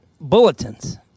bulletins